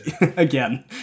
again